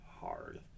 hard